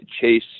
Chase